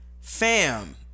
fam